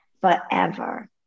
forever